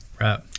Right